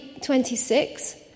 26